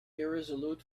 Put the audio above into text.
irresolute